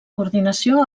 coordinació